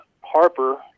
Harper